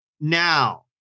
Now